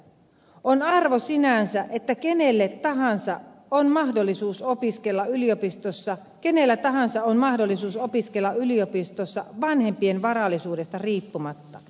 on arvo sinänsä että tunneli tahansa on mahdollisuus opiskella yliopistossa kenellä tahansa on mahdollisuus opiskella yliopistossa vanhempien varallisuudesta riippumatta